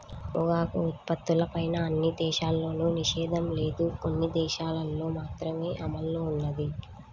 పొగాకు ఉత్పత్తులపైన అన్ని దేశాల్లోనూ నిషేధం లేదు, కొన్ని దేశాలల్లో మాత్రమే అమల్లో ఉన్నది